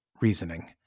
reasoning